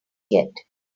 yet